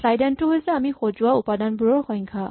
slice and টো হৈছে আমি সজোৱা উপাদানবোৰৰ সংখ্যা